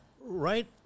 right